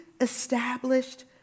established